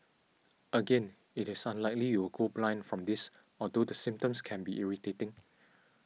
again it is unlikely you will go blind from this although the symptoms can be irritating